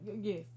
Yes